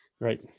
right